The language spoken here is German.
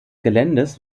geländes